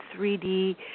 3D